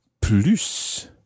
plus